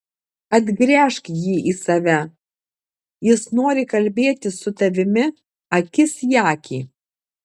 atgręžk jį į save jis nori kalbėtis su tavimi akis į akį